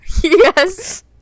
Yes